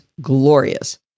glorious